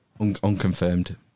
Unconfirmed